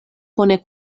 bone